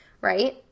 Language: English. right